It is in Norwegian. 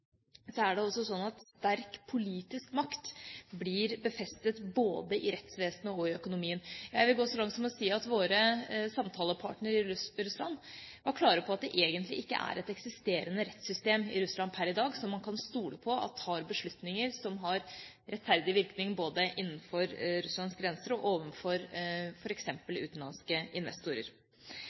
er det sånn at sterk politisk makt blir befestet både i rettsvesenet og i økonomien. Jeg vil gå så langt som å si at våre samtalepartnere i Russland var klare på at det egentlig ikke er et eksisterende rettssystem i Russland per i dag som man kan stole på tar beslutninger som har rettferdig virkning både innenfor Russlands grenser og f.eks. overfor utenlandske investorer.